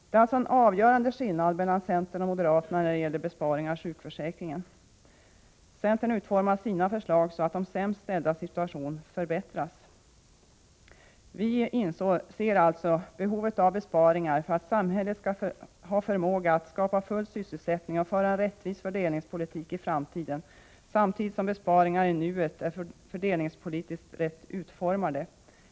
Det är alltså en avgörande skillnad mellan centern och moderaterna i fråga om besparingarna i sjukförsäkringen. Centern utformar sina förslag så, att de sämst ställdas situation förbättras. Centern inser alltså behovet av besparingar för att samhället skall ha förmåga att skapa full sysselsättning och föra en rättvis fördelningspolitik i framtiden, samtidigt som besparingarna i nuet är fördelningspolitiskt rätt utformade.